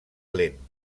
lent